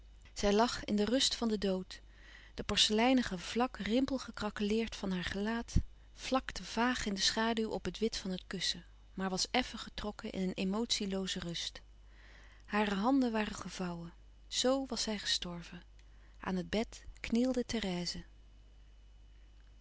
zij lag in de rust van den dood de porceleinige vlak rimpelgecraqueleerd van haar gelaat vlakte vaag in de schaduw op het wit van het kussen maar was effen getrokken in een emotielooze rust louis couperus van oude menschen de dingen die voorbij gaan hare handen waren gevouwen zo was zij gestorven aan het bed knielde therèse